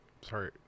Sorry